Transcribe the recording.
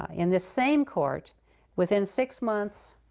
in this same court within six months,